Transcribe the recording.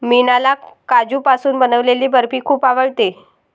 मीनाला काजूपासून बनवलेली बर्फी खूप आवडते